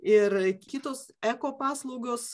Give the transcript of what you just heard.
ir kitos eko paslaugos